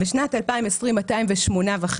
בשנת 2020, 208.5